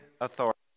authority